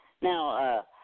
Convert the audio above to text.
Now